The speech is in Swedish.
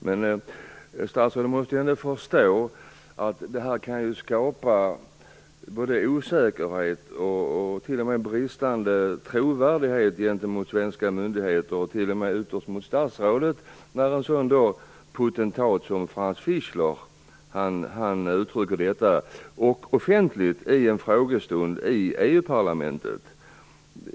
Men statsrådet måste ändå förstå att det kan skapa osäkerhet och t.o.m. bristande trovärdighet hos svenska myndigheter och ytterst hos statsrådet när en sådan potentat som Franz Fischler säger så här i en frågestund i EU parlamentet.